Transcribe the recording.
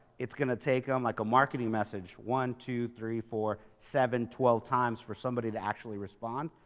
it's going to take them like a marketing message. one, two, three, four, seven, twelve times for somebody to actually respond.